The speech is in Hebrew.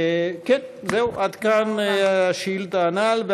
כן, זהו, עד כאן השאילתה הנ"ל.